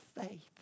faith